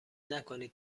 نکنید